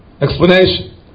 explanation